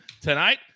tonight